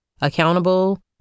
accountable